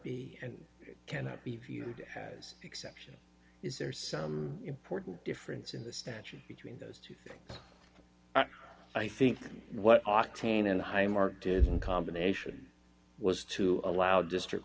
be and cannot be viewed has exception is there some important difference in the statute between those two things i think what octane and i mark did in combination was to allow district